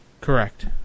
Correct